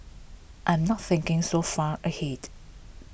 I'm not thinking so far ahead